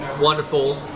wonderful